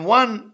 one